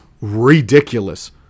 ridiculous